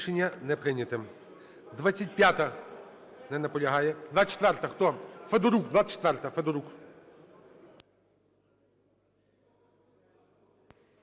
Рішення не прийнято.